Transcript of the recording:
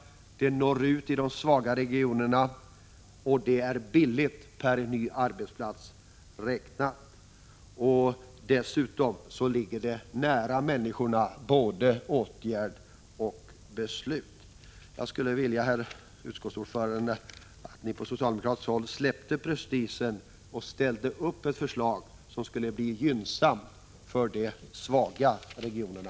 Det får en inriktning som når ut i småskalig form, gynnar de svaga regionerna och det är billigt räknat per ny arbetsplats. Dessutom sker både beslut och åtgärder nära människorna. Herr utskottsordförande! Jag skulle vilja att ni på socialdemokratiskt håll släppte på prestigen och ställde upp ett förslag som skulle gynna de svaga regionerna.